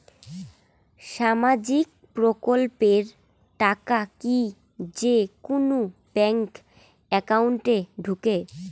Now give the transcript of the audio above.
সামাজিক প্রকল্পের টাকা কি যে কুনো ব্যাংক একাউন্টে ঢুকে?